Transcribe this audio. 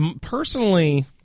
Personally